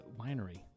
winery